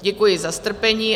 Děkuji za strpení.